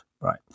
Right